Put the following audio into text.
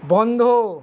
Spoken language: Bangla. বন্ধ